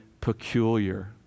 peculiar